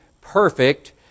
perfect